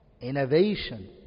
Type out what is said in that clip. Innovation